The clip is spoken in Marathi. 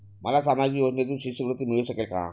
मला सामाजिक योजनेतून शिष्यवृत्ती मिळू शकेल का?